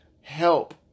help